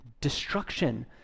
destruction